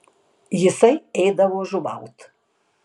jisai eidavo žuvaut